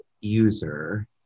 user